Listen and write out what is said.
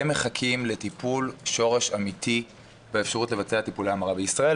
הם מחכים לטיפול שורש אמיתי באפשרות לבצע טיפולי המרה בישראל,